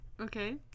Okay